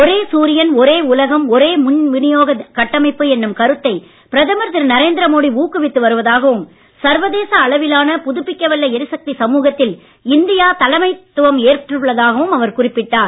ஒரே சூரியன் ஒரே உலகம் ஒரே மின்விநியோக கட்டமைப்பு என்னும் கருத்தை பிரதமர் திரு நரேந்திரமோடி ஊக்குவித்து வருவதாகவும் சர்வதேச அளவிலான புதுப்பிக்க வல்ல எரிசக்தி சமூகத்தில் இந்தியா தலைமைத் துவம் ஏற்றுள்ளதாகவும் அவர் குறிப்பிட்டார்